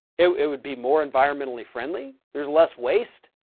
it would be more environmentally friendly. there's less waste.